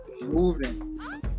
Moving